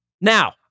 Now